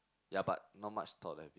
yea but not much thought have been